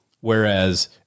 Whereas